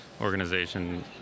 organization